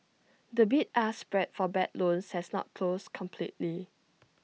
the bid ask spread for bad loans has not closed completely